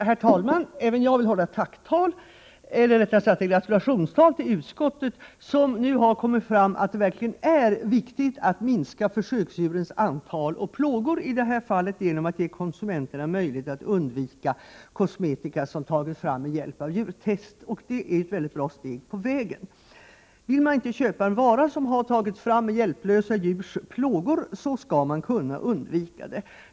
Herr talman! Även jag vill hålla tacktal, eller rättare sagt gratulationstal, till utskottet som har kommit fram till att det verkligen är viktigt att minska försöksdjurens antal och plågor, i det här fallet genom att ge konsumenterna möjlighet att undvika kosmetika som tagits fram med hjälp av djurtest. Detta är ett mycket bra steg på vägen. Om man inte vill köpa en vara som tagits fram med hjälp av hjälplösa djurs plågor, skall man kunna undvika det.